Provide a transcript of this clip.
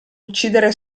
uccidere